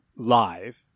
Live